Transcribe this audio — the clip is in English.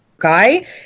guy